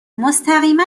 مستقیما